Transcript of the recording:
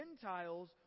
Gentiles